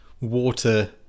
water